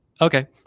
okay